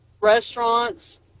restaurants